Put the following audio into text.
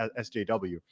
SJW